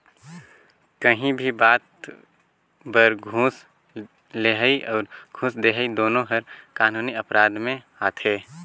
काहीं भी बात बर घूस लेहई अउ घूस देहई दुनो हर कानूनी अपराध में आथे